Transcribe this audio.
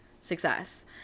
success